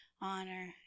honor